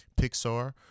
Pixar